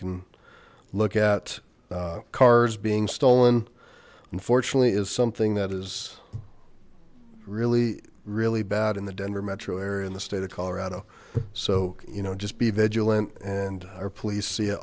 can look at cars being stolen unfortunately is something that is really really bad in the denver metro area in the state of colorado so you know just be vigilant and our please see